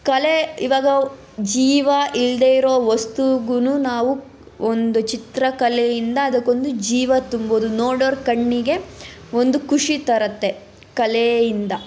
ಕಲೆ ಇವಾಗ ಜೀವ ಇಲ್ಲದೆ ಇರೋ ವಸ್ತುಗೂ ನಾವು ಒಂದು ಚಿತ್ರಕಲೆಯಿಂದ ಅದಕ್ಕೊಂದು ಜೀವ ತುಂಬೋದು ನೋಡೋರ ಕಣ್ಣಿಗೆ ಒಂದು ಖುಷಿ ತರುತ್ತೆ ಕಲೆಯಿಂದ